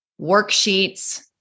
worksheets